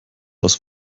aus